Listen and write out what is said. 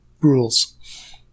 rules